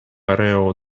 areo